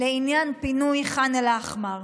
לעניין פינוי ח'אן אל-אחמר.